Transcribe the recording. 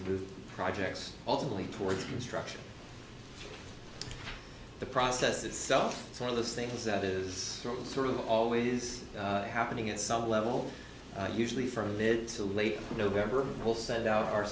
and the projects ultimately towards construction the process itself it's one of those things that is sort of always happening at some level usually from it's a late november we'll send out our